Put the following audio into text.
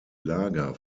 lager